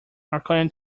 according